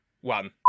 one